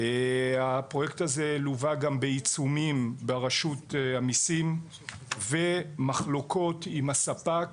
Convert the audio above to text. הפרויקט הזה לווה גם בעיצומים ברשות המיסים ומחלוקות עם הספק